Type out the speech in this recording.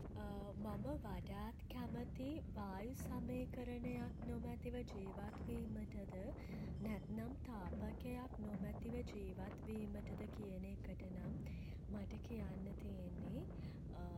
මම වඩාත් කැමති වායු සමීකරණයක් නොමැතිව ජීවත්වීමටද නැත්නම් තාපකයක් නොමැතිව ජීවත්වීමටද කියන එකට නම් මට කියන්න තියෙන්නේ